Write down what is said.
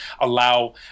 allow